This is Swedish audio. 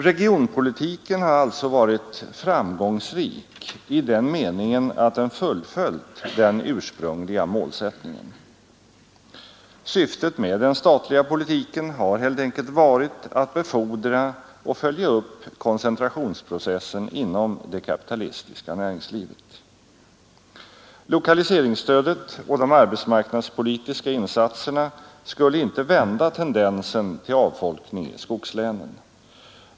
Regionpolitiken har alltså varit ”framgångsrik” i den meningen att den fullföljt den ursprungliga målsättningen. Syftet med den statliga politiken har helt enkelt varit att befordra och följa upp koncentrationsprocessen inom det kapitalistiska näringslivet. Lokaliseringsstödet och de arbetsmarknadspolitiska insatserna skulle inte vända tendensen till avfolkning i skogslänen.